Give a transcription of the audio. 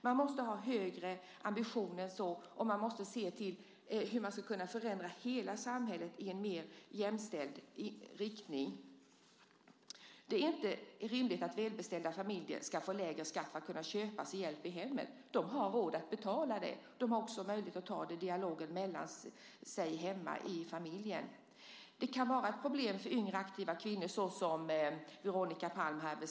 Man måste ha högre ambitioner än så, och man måste se hur man ska kunna förändra hela samhället i en mer jämställd riktning. Det är inte rimligt att välbeställda familjer ska få lägre skatt för att kunna köpa sig hjälp i hemmet. De har råd att betala det. De har också möjlighet att ha en dialog hemma i familjen. Det kan vara ett problem för yngre aktiva kvinnor, som Veronica Palm beskrev.